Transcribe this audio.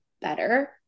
better